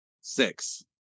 Six